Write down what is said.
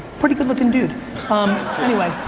pretty good looking dude. um, anyway,